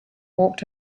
walked